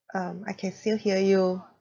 um I can still hear you